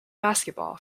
basketball